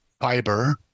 fiber